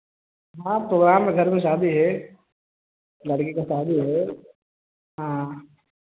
हाँ प्रोग्राम है घर में शादी है लड़की का शादी है हाँ